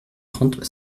trente